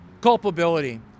culpability